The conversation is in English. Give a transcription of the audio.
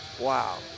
wow